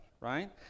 Right